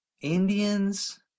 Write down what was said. Indians